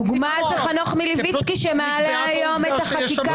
דוגמה זה חנוך מלביצקי שמעלה היום את החקיקה